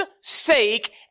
sake